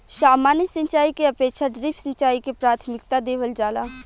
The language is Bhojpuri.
सामान्य सिंचाई के अपेक्षा ड्रिप सिंचाई के प्राथमिकता देवल जाला